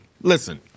listen